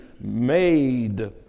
made